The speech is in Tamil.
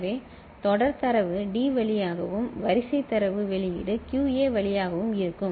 எனவே தொடர் தரவு டி வழியாகவும் வரிசை தரவு வெளியீடு QA வழியாகவும் இருக்கும்